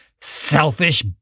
selfish